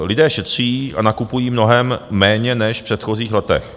Lidé šetří a nakupují mnohem méně než předchozích letech.